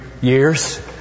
years